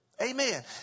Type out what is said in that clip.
amen